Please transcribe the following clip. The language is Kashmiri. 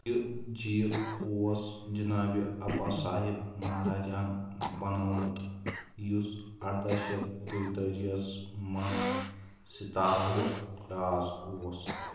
یہِ جیٖل اوس جناب اَپا صاحِب مَہاراجا ہَن بَنوومُت، یُس اردہ شتھ دۄیتٲجی یس منٛز سَتاراہُک راز اوس